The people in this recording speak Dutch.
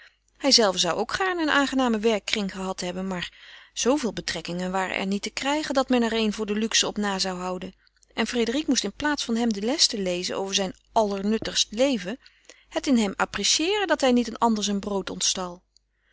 hijzelve zou ook gaarne een aangenamen werkkring gehad hebben maar zooveel betrekkingen waren er niet te krijgen dat men er eene voor de luxe op na zou houden en frédérique moest in plaats van hem de les te lezen over zijn allernuttigst leven het in hem apprecieeren dat hij niet een ander zijn brood ontstal